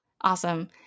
Awesome